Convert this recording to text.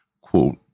Quote